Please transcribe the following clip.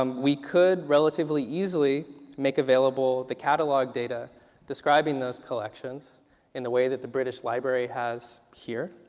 um we could relatively easily make available the catalog data describing those collections in the way that the british library has here.